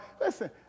Listen